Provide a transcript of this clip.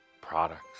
products